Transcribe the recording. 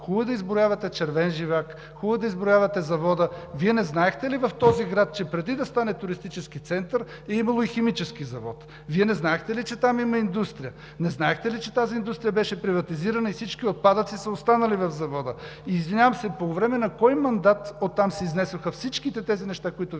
Хубаво е да изброявате червен живак, хубаво е да изброявате завода. Вие не знаехте ли в този град, че преди да стане туристически център, е имало и химически завод? Вие не знаехте ли, че там има индустрия? Не знаехте ли, че тази индустрия беше приватизирана и всички отпадъци са останали в завода? Извинявам се, по време на кой мандат оттам се изнесоха всичките тези неща, които Вие